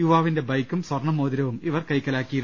യുവാ വിന്റെ ബൈക്കും സ്വർണ്ണമോതിരവും ഇവർ കൈക്കലാക്കിയിരുന്നു